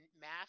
math